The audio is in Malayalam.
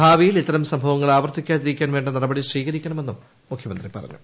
ഭാവിയിൽ ഇത്തരം സംഭവങ്ങൾ ആവർത്തിക്കാതിരിക്കാൻ വേണ്ട നടപടി സ്വീകരിക്കണമെന്നും മുഖ്യമന്ത്രി ഉത്തരവിട്ടു